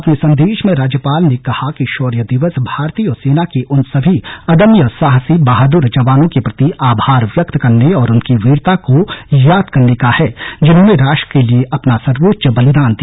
अपने संदेश में राज्यपाल ने कहा कि शौर्य दिवस भारतीय सेना के उन सभी अदम्य साहसी बहादुर जवानों के प्रति आभार व्यक्त करने और उनकी वीरता को याद करने का है जिन्होंने राष्ट्र के लिए अपना सर्वोच्च बलिदान दिया